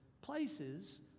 places